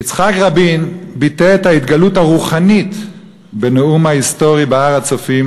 יצחק רבין ביטא את ההתגלות הרוחנית בנאום ההיסטורי בהר-הצופים,